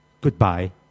Goodbye